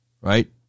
right